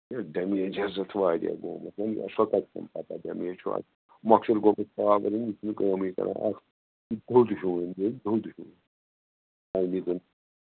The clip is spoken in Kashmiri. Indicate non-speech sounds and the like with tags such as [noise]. ہے ڈَمیج ہسا چھِ واریاہ گومُت ؤنۍ سۄ کَتہِ چھَم پتہ ڈَمیج چھُ اَتہِ مۄخصر گوٚو پاوَر یہِ چھُنہٕ کٲمٕے کران [unintelligible] بَنٛد ہیُو أمی زَن